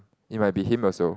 it might be him also